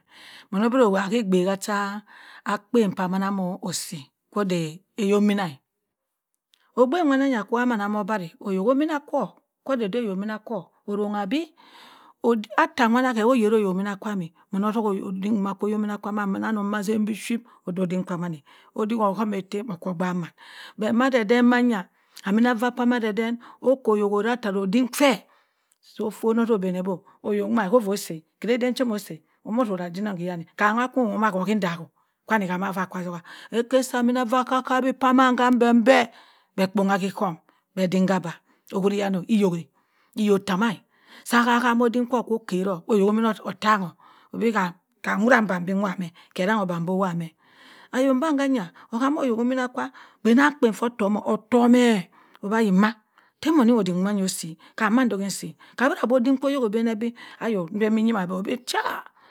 Cha ma onno owo mah onnoda edagha cha obada-a kam nham empenper kino emanna cha empenper wa adina pa ma ida adim ako ma be aka atzuka bẹ be kwa adani omo-a ida be ki odani omo-a asa abi otte be arrong bi ke obgh kpanankpan ko okko kewo harri nwa-wa kwa bẹ obgh oben odin wa kwa ovona oko ben be bi kan inni ko zuka kwannong mo obgh wa awett akpa asi ma adu mado ko offon osi akpo mandu bipyhit oro obeni abi otta be a kpari abada abhabha onno, aba asi odik sa oyok omina be ana odim be nnang biphyit otzima kurannong kwa offona but madadan nwa yan obgh kwa man mono osa nwett odo oko danni oma oki odani oma sa ottokhe awett paka ko dik sa be akeri isi onnan obuda oki odik osa bẹ kwa tomi ephy aden cha ephy opurah ma aden ma biphyit ono din mẹ oko ttara oyok dikop ttara oyok dikop ttara annon pe be na aku bẹ attona obadah kwa emanna abe karri obadah kwa emanna be anna china ko owowbh ka ekara be afona atsa fori awott asi woro ke ekara bi be ka da mẹ wo odami-dẹ odami ra be asi odik nwa odami be-odam be asi obadam obgh kwa nnar ka odik pamma aka nnagi nwa owuri bi owowbha ka ba cha anna ama akwa eduma sam ki benbi nbo mo ma kam nda inna ko danni onnokpana